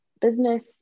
business